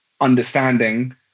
understanding